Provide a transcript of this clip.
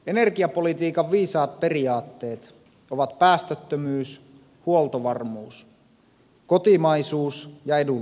energiapolitiikan viisaat periaatteet ovat päästöttömyys huoltovarmuus kotimaisuus ja edullisuus